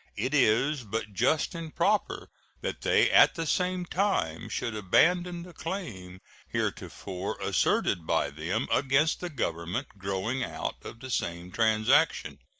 it is but just and proper that they at the same time should abandon the claim heretofore asserted by them against the government growing out of the same transaction.